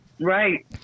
Right